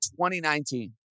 2019